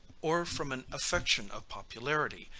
or from an affection of popularity,